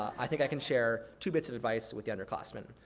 i think i can share two bits of advice with the under classmen.